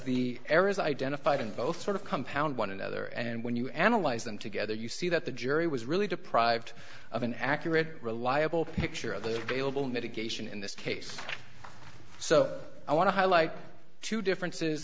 the areas identified in both sort of compound one another and when you analyze them together you see that the jury was really deprived of an accurate reliable picture of the available mitigation in this case so i want to highlight two differences